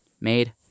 made